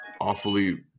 awfully